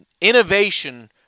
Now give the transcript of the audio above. innovation